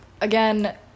again